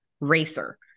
racer